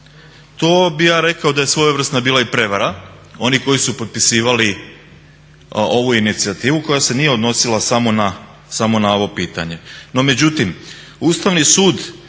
To bi ja rekao da je svojevrsna bila i prevara onih koji su potpisivali ovu inicijativu koja se nije odnosila samo ovo pitanje.